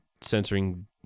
censoring